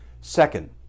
Second